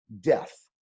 Death